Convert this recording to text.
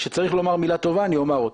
כשצריך לומר מילה טובה אני אומר אותה.